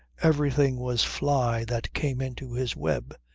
everything was fly that came into his web.